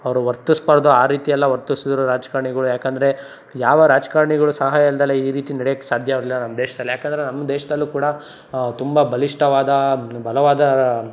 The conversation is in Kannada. ಅವರು ವರ್ತಿಸಬಾರ್ದು ಆ ರೀತಿಯೆಲ್ಲ ವರ್ತಿಸಿದರು ರಾಜಕಾರ್ಣಿಗುಳು ಯಾಕಂದರೆ ಯಾವ ರಾಜಕಾರ್ಣಿಗುಳು ಸಹಾಯ ಇಲ್ದಲೇ ಈ ರೀತಿ ನಡೆಯಕ್ಕೆ ಸಾಧ್ಯವಾಗಲ್ಲ ನಮ್ಮ ದೇಶದಲ್ಲಿ ಯಾಕಂದರೆ ನಮ್ಮ ದೇಶದಲ್ಲು ಕೂಡ ತುಂಬ ಬಲಿಷ್ಠವಾದ ಬಲವಾದ